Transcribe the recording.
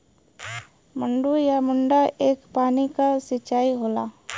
मड्डू या मड्डा एक पानी क सिंचाई होला